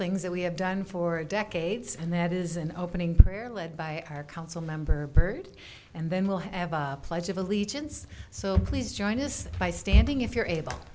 things that we have done for decades and that is an opening prayer led by our council member byrd and then we'll have a pledge of allegiance so please join us by standing if you're able